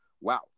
wow